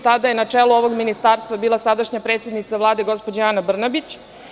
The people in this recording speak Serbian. Tada je načelu ovog ministarstva bila sadašnja predsednica Vlade, gospođa Ana Brnabić.